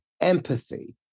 empathy